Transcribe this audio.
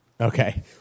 Okay